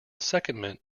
secondment